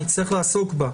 נצטרך לעסוק בה,